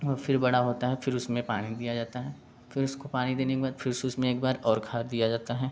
वो फिर बड़ा होता है फिर उसमें पानी दिया जाता है फिर उसको पानी देने के बाद फिर से उसमें एक बार और खाद दिया जाता है